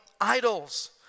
idols